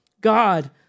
God